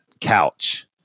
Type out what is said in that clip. couch